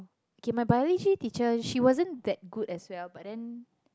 okay my biology teacher she wasn't that good as well but then